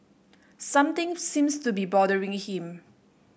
something seems to be bothering him